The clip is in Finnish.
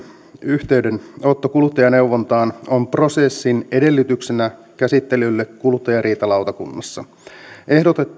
yhteydenotto kuluttajaneuvontaan on prosessin edellytyksenä käsittelylle kuluttajariitalautakunnassa ehdotettua säännöstä